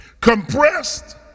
compressed